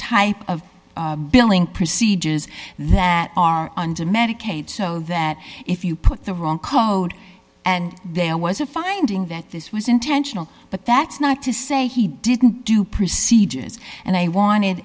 type of billing procedures that are under medicaid so that if you put the wrong code and there was a finding that this was intentional but that's not to say he didn't do procedures and i wanted